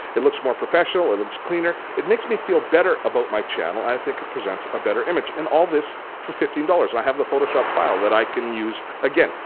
it looks more professional. it looks cleaner. it makes me feel better about my channel and i think it presents a better image and all this for fifteen dollars. i have the photoshop file that i can use again.